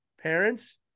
Parents